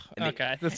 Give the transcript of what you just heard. Okay